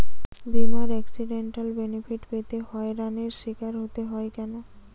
বিমার accidental benefit পেতে হয়রানির স্বীকার হতে হয় কেন?